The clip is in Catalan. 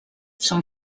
són